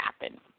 happen